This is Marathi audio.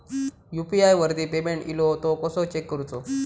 यू.पी.आय वरती पेमेंट इलो तो कसो चेक करुचो?